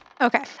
Okay